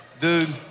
dude